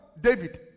David